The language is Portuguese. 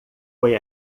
foi